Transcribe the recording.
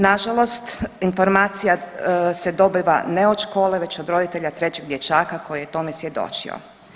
Nažalost, informacija se dobiva ne od škole već od roditelja trećeg dječaka koji je tome svjedočio.